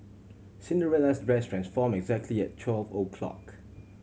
Cinderella's dress transformed exactly at twelve o' clock